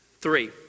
Three